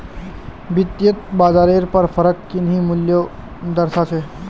वित्तयेत बाजारेर पर फरक किन्ही मूल्योंक दर्शा छे